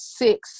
six